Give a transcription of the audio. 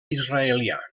israelià